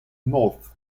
north